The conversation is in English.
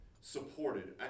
supported